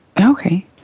Okay